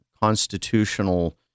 constitutional